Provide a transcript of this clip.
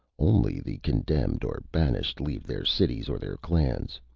only the condemned or banished leave their cities, or their clans.